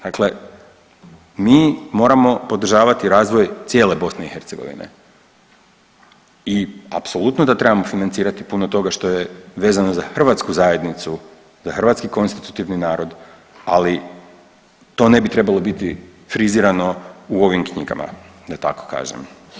Dakle, mi moramo podržavati razvoj cijele BiH i apsolutno je da trebamo financirati puno toga što je vezano za hrvatsku zajednicu, za hrvatski konstitutivni narod, ali to ne bi trebalo biti frizirano u ovim knjigama da tako kažem.